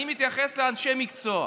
אני מתייחס לאנשי מקצוע,